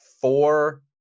four